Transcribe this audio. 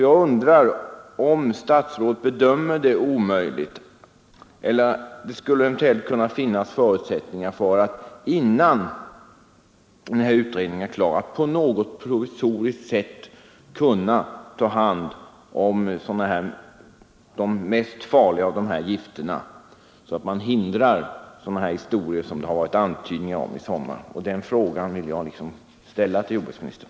Jag undrar därför om statsrådet tror att det skulle finnas förutsättningar att, innan utredningen är färdig, på något provisoriskt sätt ta hand om de farligaste av dessa gifter för att därmed förhindra en upprepning av sådana historier som det förekommit antydningar om i sommar. Den frågan vill jag ställa till jordbruksministern.